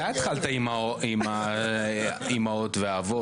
אתה התחלת עם האימהות והאבות.